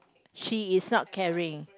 she is not carrying